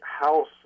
House